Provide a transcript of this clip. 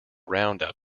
roundup